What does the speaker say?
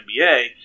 NBA